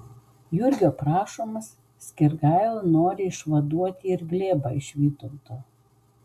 jurgio prašomas skirgaila nori išvaduoti ir glėbą iš vytauto